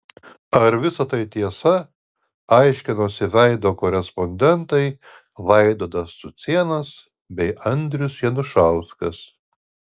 ar visa tai tiesa aiškinosi veido korespondentai vaidotas cucėnas bei andrius janušauskas